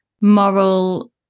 moral